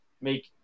make –